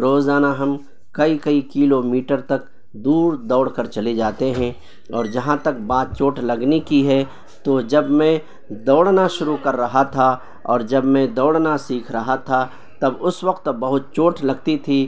روزانہ ہم کئی کئی کلومیٹر تک دور دوڑ کر چلے جاتے ہیں اور جہاں تک بات چوٹ لگنے کی ہے تو جب میں دوڑنا شروع کر رہا تھا اور جب میں دوڑنا سیکھ رہا تھا تب اس وقت بہت چوٹ لگتی تھی